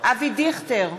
אבי דיכטר,